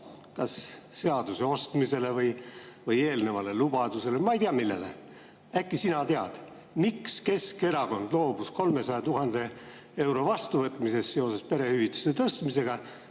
kas seaduse ostmisele või eelnevale lubadusele, ma ei tea, millele. Äkki sina tead, miks Keskerakond loobus 300 000 euro vastuvõtmisest seoses perehüvitiste tõstmisega,